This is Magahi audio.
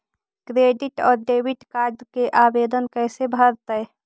क्रेडिट और डेबिट कार्ड के आवेदन कैसे भरैतैय?